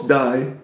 die